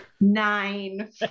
Nine